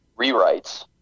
rewrites